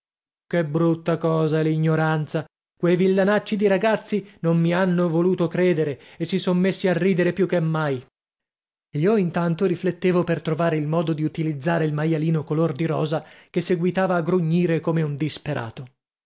che brutta cosa è l'ignoranza quei villanacci di ragazzi non mi hanno voluto credere e si son messi a ridere più che mai io intanto riflettevo per trovare il modo di utilizzare il maialino color di rosa che seguitava a grugnire come un disperato